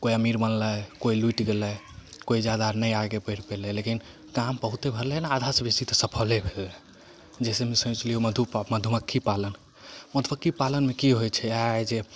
कोइ अमीर बनलै कोइ लुटि गेलै कोइ जादा नहि आगे बढ़ि पेलै लेकिन काम बहुते भेलै हन आधा से बेसी तऽ सफले भेलै जाहि समयमे सुनै छलियै मधु पा मधुमक्खी पालन मधुमक्खी पालनमे की होइ छै आइ जे